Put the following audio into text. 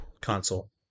console